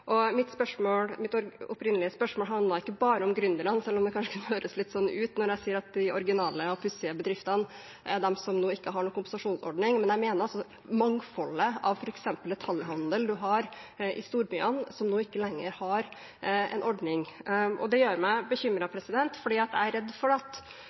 Mitt opprinnelige spørsmål handlet ikke bare om gründere, selv om det kanskje kan høres litt sånn ut når jeg sier at de originale og pussige bedriftene er de som nå ikke har noen kompensasjonsordning. Men jeg mener at det er det mangfoldet av detaljhandel man har i storbyene, som nå ikke lenger har en ordning. Det gjør meg bekymret, for jeg er redd for at